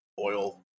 oil